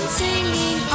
singing